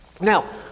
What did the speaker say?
Now